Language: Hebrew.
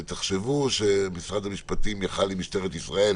ותחשבו שמשרד המשפטים יכול היה יחד עם משטרת ישראל